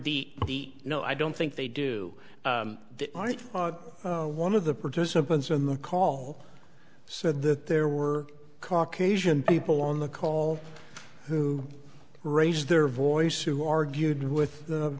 the no i don't think they do that all right one of the participants in the call said that there were caucasian people on the call who raised their voice who argued with the